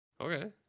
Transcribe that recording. Okay